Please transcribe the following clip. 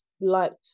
liked